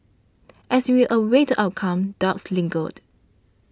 as she a awaited the outcome doubts lingered